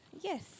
yes